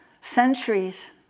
centuries